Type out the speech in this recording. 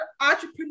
entrepreneur